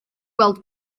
gweld